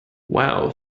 wow